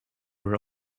were